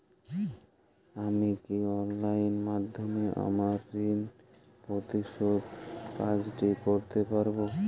আমি কি অনলাইন মাধ্যমে আমার ঋণ পরিশোধের কাজটি করতে পারব?